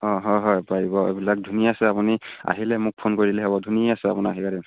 অঁ হয় হয় পাৰিব এইবিলাক ধুনীয়াছে আপুনি আহিলে মোক ফোন কৰিলে হ'ব ধুনীয়াছে আপোনাক